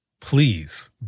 please